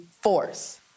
force